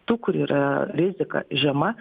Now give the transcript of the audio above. tų kur yra rizika žema